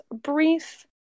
brief